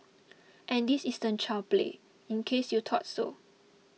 and this isn't child play in case you thought so